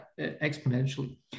exponentially